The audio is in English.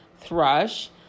thrush